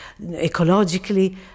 ecologically